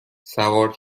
سوار